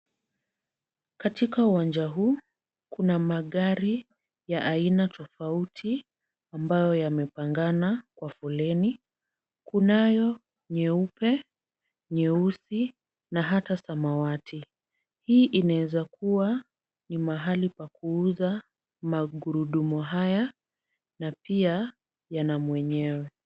Katika uwanja huu kuna magari ya aina tofauti ambayo yamepangana kwa foleni, kunayo nyeupe, nyeusi na hata samawati, hii inaweza kuwa ni mahali pakuuza magurudumu haya na pia yana mwenyewe.